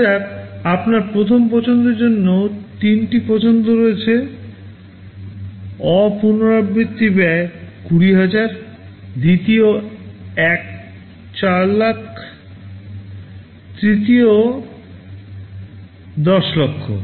ধরা যাক আপনার প্রথম পছন্দের জন্য তিনটি পছন্দ রয়েছে নন পুনরাবৃত্তি ব্যয় 20000 দ্বিতীয়টি 4 লক্ষ তৃতীয়টি 10 লক্ষ